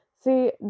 see